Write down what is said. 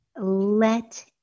let